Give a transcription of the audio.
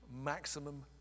maximum